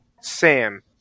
Sam